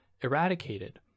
eradicated